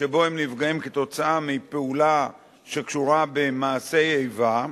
שבו הם נפגעים מפעולה שקשורה למעשה איבה,